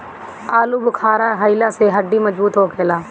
आलूबुखारा खइला से हड्डी मजबूत होखेला